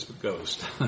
Ghost